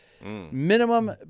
minimum